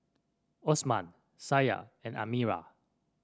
Osman Syah and Amirah